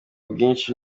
bwinshi